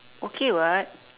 okay [what]